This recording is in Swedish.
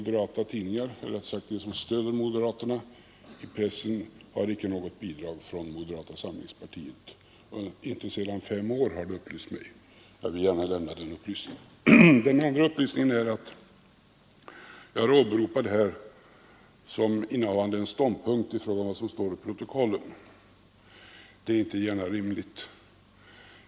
De tidningar som stöder moderaterna har icke något bidrag från moderata samlingspartiet, inte sedan fem år, har det upplysts mig. Jag vill gärna lämna den upplysningen vidare. Den andra upplysningen rör att jag är åberopad här som innehavande en ståndpunkt i fråga om vad som står i protokollen. Det är inte gärna rimligt.